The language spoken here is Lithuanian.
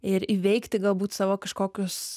ir įveikti galbūt savo kažkokius